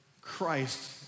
Christ